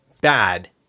bad